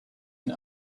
and